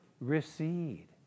recede